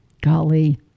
Golly